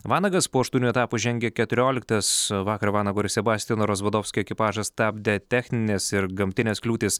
vanagas po aštuonių etapų žengia keturioliktas vakar vanago ir sebastiano rozvadovskio ekipažą stabdė techninės ir gamtinės kliūtys